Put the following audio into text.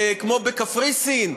כמו בקפריסין,